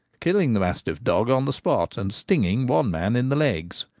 killing the mastiff, dog on the spot and stinging one man in the legs.